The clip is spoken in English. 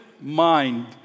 mind